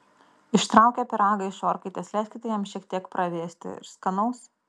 ištraukę pyragą iš orkaitės leiskite jam šiek tiek pravėsti ir skanaus